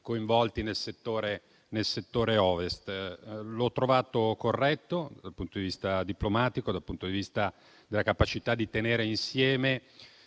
coinvolti nel settore Ovest. L'ho trovato corretto dal punto di vista diplomatico e della capacità di tenere insieme